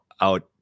out